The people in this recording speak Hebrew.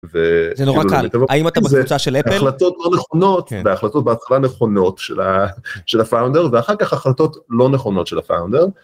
‫זה נורא קל. האם אתה בקבוצה של אפל? ‫-החלטות לא נכונות והחלטות בהתחלה נכונות של הפאונדר ‫ואחר כך החלטות לא נכונות של הפאונדר.